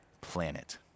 planet